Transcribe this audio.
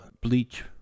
bleach